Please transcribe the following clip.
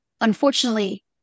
unfortunately